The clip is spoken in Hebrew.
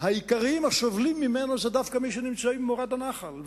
בעיקר סובלים ממנו דווקא מי שנמצאים במורד הנחל,